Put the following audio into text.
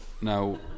now